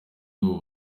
ubu